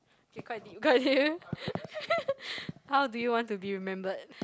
okay quite deep quite deep how do you want to be remembered